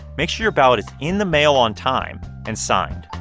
make sure your ballot is in the mail on time and signed